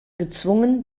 gezwungen